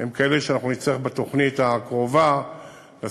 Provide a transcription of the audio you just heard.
הם כאלה שאנחנו נצטרך בתוכנית הקרובה לשים